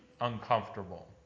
uncomfortable